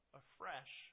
afresh